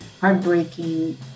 heartbreaking